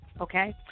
okay